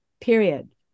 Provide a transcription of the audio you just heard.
period